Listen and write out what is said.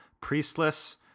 priestless